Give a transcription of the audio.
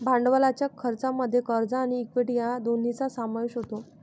भांडवलाच्या खर्चामध्ये कर्ज आणि इक्विटी या दोन्हींचा समावेश होतो